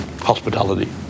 hospitality